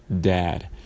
dad